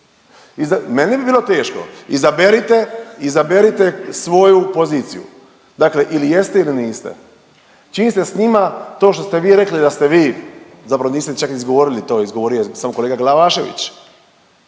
meni bi bilo teško, izaberite, izaberite svoju poziciju, dakle ili jeste ili niste. Čim ste s njima, to što ste vi rekli da ste vi zapravo niste čak ni izgovorili to, izgovorio je samo kolega Glavašević,